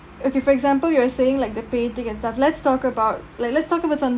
okay for example you are saying like the painting and stuff let's talk about like let's talk about some